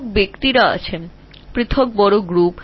ব্যক্তিরা ভিন্নভাবে রয়েছে ছোট গোষ্ঠীতে বৃহৎ গোষ্ঠীতে